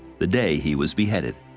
the day he was beheaded.